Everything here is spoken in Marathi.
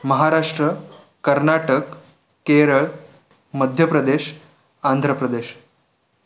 महाराष्ट्र कर्नाटक केरळ मध्य प्रदेश आंध्र प्रदेश